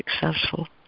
successful